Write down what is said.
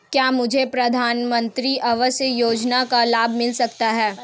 क्या मुझे प्रधानमंत्री आवास योजना का लाभ मिल सकता है?